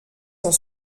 cent